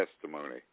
testimony